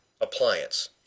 appliance –